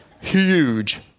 huge